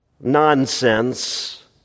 Nonsense